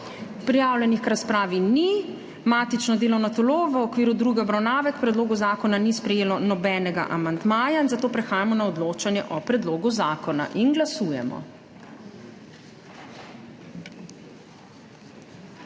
Prijavljenih k razpravi ni. Matično delovno telo v okviru druge obravnave k predlogu zakona ni sprejelo nobenega amandmaja in zato prehajamo na odločanje o predlogu zakona. Glasujemo.